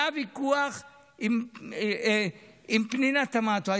היה ויכוח עם פנינה תמנו על